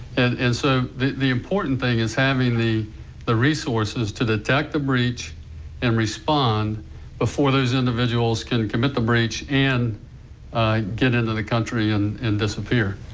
and and so the the important thing is having the the resources detect the breach and respond before those individuals can commit the breach and get into the country and and disappear.